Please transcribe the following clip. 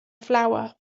flower